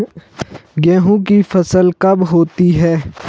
गेहूँ की फसल कब होती है?